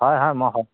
হয় হয় মই হয়